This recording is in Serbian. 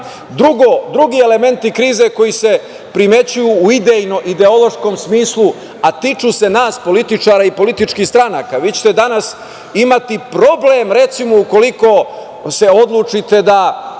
elementi krize koji se primećuju u idejno ideološkom smislu, a tiču se nas političara i političkih stranaka. Vi ćete danas imati problem, recimo, ukoliko se odlučite da